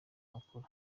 mukuru